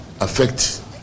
affect